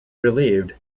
relieved